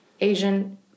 Asian